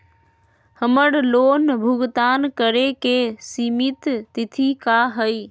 हमर लोन भुगतान करे के सिमित तिथि का हई?